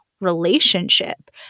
relationship